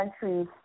countries